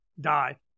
die